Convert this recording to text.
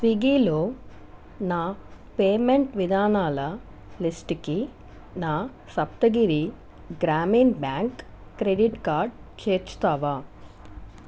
స్వీగ్గీలో నా పేమెంట్ విధానాల లిస్టుకి నా Saptagiri Grameen bank credit card చేర్చుతావా